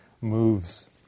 moves